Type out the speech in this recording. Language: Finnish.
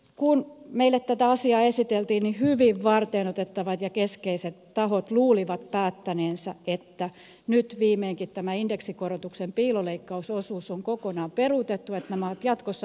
kun meille tätä asiaa esiteltiin hyvin varteenotettavat ja keskeiset tahot luulivat päättäneensä että nyt viimeinkin tämän indeksikorotuksen piiloleikkausosuus on kokonaan peruutettu että nämä ovat jatkossa eduskunnalle näkyviä